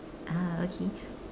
ah okay